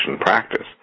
practice